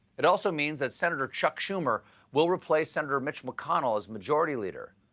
it also means that senator chuck schumer will replace senator mitch mcconnell as majority leader.